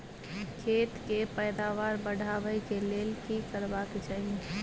खेत के पैदावार बढाबै के लेल की करबा के चाही?